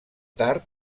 tard